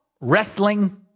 wrestling